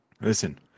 Listen